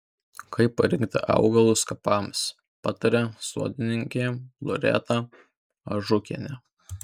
kaip parinkti augalus kapams pataria sodininkė loreta ažukienė